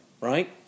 right